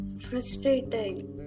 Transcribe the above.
frustrating